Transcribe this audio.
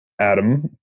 Adam